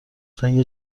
جنگ